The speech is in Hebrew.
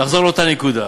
לחזור לאותה נקודה.